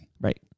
Right